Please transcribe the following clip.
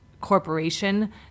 corporation